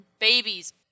babies